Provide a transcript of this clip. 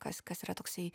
kas kas yra toksai